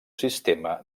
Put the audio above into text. sistema